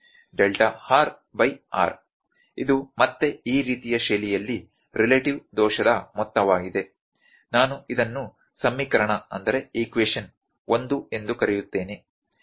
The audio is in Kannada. e rr ಇದು ಮತ್ತೆ ಈ ರೀತಿಯ ಶೈಲಿಯಲ್ಲಿ ರಿಲೇಟಿವ್ ದೋಷದ ಮೊತ್ತವಾಗಿದೆ ನಾನು ಇದನ್ನು ಸಮೀಕರಣ 1 ಎಂದು ಕರೆಯುತ್ತೇನೆ